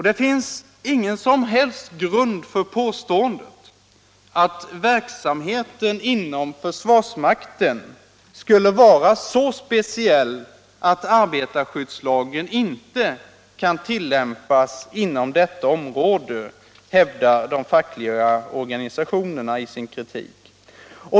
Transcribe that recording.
Det finns ingen som helst grund för påståendet att verksamheten inom försvarsmakten skulle vara så speciell att arbetarskyddslagen inte kan tillämpas även inom detta område, hävdar de fackliga organisationerna i sin kritik.